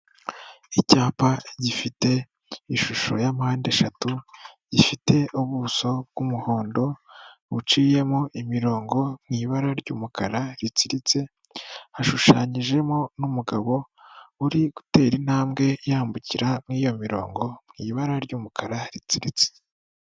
Icyapa gifite ishusho ya mpande eshatu gifite ubuso bw'umuhondo buciyemo imirongo iri mu ibara ry'umukara ritsiritse, hashushanyijemo n'umugabo uri gutera intambwe yambukira mu iyo mirongo mu ibara ry'umukara ritsiritse.